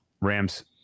Rams